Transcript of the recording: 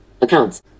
accounts